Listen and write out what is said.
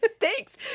Thanks